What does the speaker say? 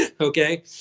okay